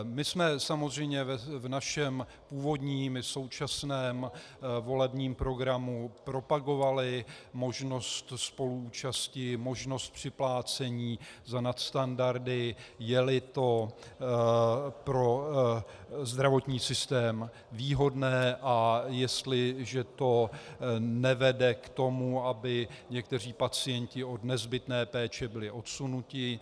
My jsme samozřejmě v našem původním i současném volebním programu propagovali možnost spoluúčasti, možnost připlácení za nadstandardy, jeli to pro zdravotní systém výhodné a jestliže to nevede k tomu, aby někteří pacienti od nezbytné péče byli odsunuti.